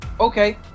Okay